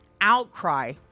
outcry